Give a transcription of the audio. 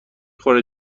خوره